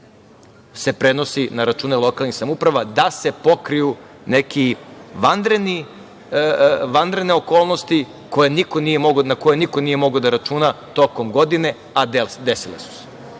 se prenosi na račune lokalnih samouprava da se pokriju neke vanredne okolnosti na koje niko nije mogao da računa tokom godine, a desila su se.